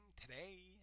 Today